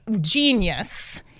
genius